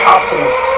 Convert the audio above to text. Optimus